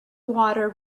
water